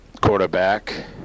quarterback